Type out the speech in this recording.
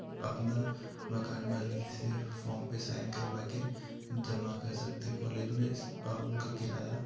अपना मकान मालिक से फॉर्म पे साइन करवाके जमा कर सकते कॉलेज में और उनको किराया